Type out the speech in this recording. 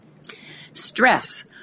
Stress